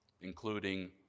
including